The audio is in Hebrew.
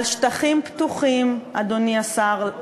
על שטחים פתוחים, אדוני השר.